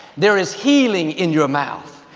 there is healing in your mouth.